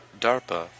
DARPA